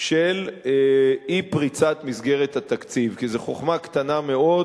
של אי-פריצת מסגרת התקציב, כי זו חוכמה קטנה מאוד